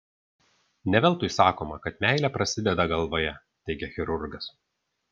ne veltui sakoma kad meilė prasideda galvoje teigia chirurgas